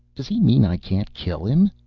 does he mean i can't kill him?